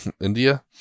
India